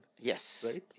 Yes